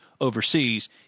overseas